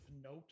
note